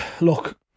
look